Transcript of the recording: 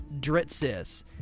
Dritsis